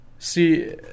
See